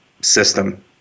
system